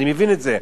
אני מבין את זה,